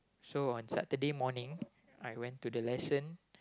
so on Saturday morning I went to the lesson